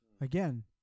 again